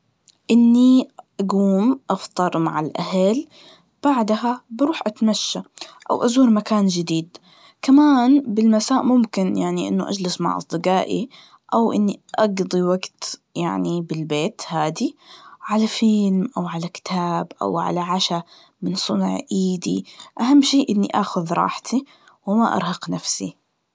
إني أقوم أفطر مع الأهل, بعدها بروح أتمشى, وأزور كان جديد, كمان بالمساء ممكن يعني إنه أجلس مع أصدجائي, أو إني أجضي وجت يعني بالبيت هادي, على فيلم, أو على كتاب, أو على عشا من صنع إيدي, أهم شيء إني آخذ راحتي, وما أرهق نفسي.